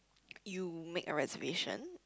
you make a reservation